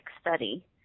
study